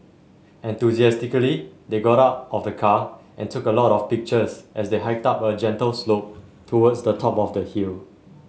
enthusiastically they got out of the car and took a lot of pictures as they hiked up a gentle slope towards the top of the hill